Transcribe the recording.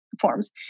forms